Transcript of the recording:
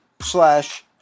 slash